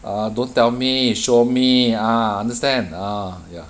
uh don't tell me show me ah understand ah ya